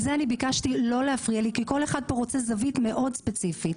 --- ביקשתי לא להפריע לי כי כל אחד פה רוצה זווית מאוד ספציפית.